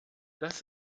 das